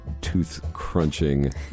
tooth-crunching